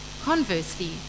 Conversely